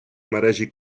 мережі